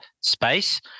space